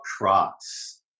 Cross